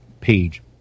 page